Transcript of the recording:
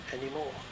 anymore